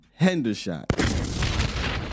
Hendershot